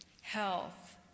health